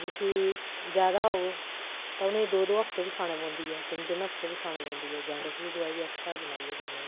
जिसी जैदा होग तें उ'नें ई गी दो दो हफ्ते बी खानी पौंदी ऐ तिन्न तिन्न हफ्ते बी खानी पौंदी ऐ जान्डिस दी दोआई बी अस घर बनाइयै दिन्ने हां